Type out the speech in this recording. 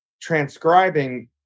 transcribing